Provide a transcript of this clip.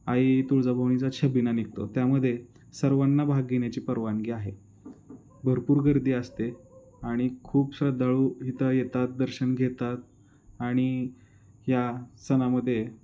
आई तुळजाभवानीचा छबिना निघतो त्यामध्ये सर्वांना भाग घेण्याची परवानगी आहे भरपूर गर्दी असते आणि खूप श्रद्धाळू इथं येतात दर्शन घेतात आणि या सणामध्ये